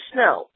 Snow